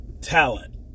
Talent